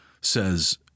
says